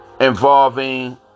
involving